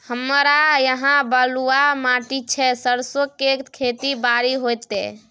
हमरा यहाँ बलूआ माटी छै सरसो के खेती बारी होते?